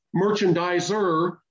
merchandiser